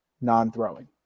non-throwing